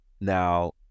Now